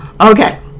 okay